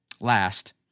Last